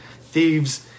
thieves